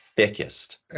Thickest